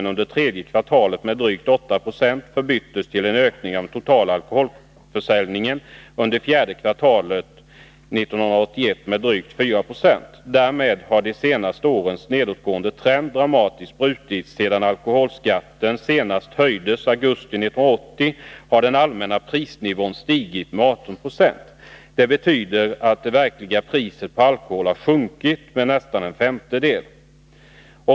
kvartalet med drygt 4 26. Därmed har de senaste årens nedåtgående trend dramatiskt brutits. Sedan alkoholskatten senast höjdes i augusti 1980 har den allmänna prisnivån stigit med 18 26. Det betyder att det verkliga priset på alkohol har sjunkit med nästan en femtedel.